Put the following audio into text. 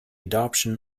adoption